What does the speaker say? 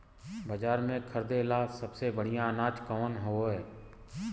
बाजार में खरदे ला सबसे बढ़ियां अनाज कवन हवे?